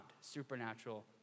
supernatural